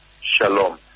Shalom